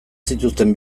zituzten